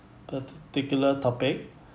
particular topic